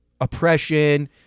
oppression